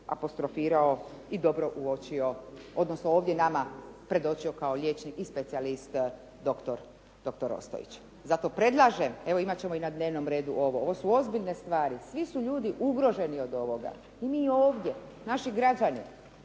apostrofirao i dobro uočio odnosno ovdje nama predočio kao liječnik i specijalist doktor Ostojić. Zato predlažem, evo imat ćemo i na dnevnom redu ovo, ovo su ozbiljne stvari. Svi su ljudi ugroženi od ovoga i mi ovdje, naši građani.